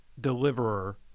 deliverer